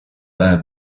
eine